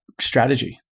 strategy